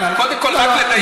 קודם כול, רק לדייק.